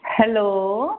hello